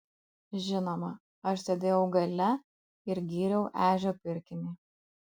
žinoma aš sėdėjau gale ir gyriau ežio pirkinį